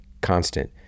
constant